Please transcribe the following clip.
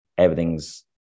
everything's